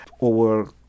over